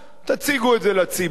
תציגו את זה לציבור,